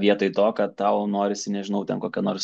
vietoj to kad tau norisi nežinau ten kokią nors